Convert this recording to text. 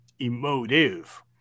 emotive